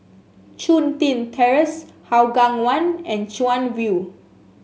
Chun Tin Terrace Hougang One and Chuan View